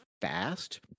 fast